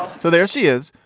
so there she is.